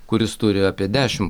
kuris turi apie dešimt